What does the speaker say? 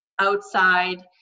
outside